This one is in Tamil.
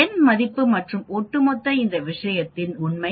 எண் மதிப்பு மற்றும் ஒட்டுமொத்த இந்த விஷயத்தில் உண்மை